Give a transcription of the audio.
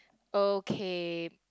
okay